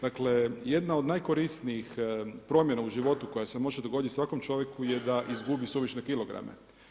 Dakle, jedna od najkorisnijih promjena u životu koja se može dogoditi svakom čovjeku je da izgubi suvišne kilograme.